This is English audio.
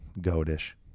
goatish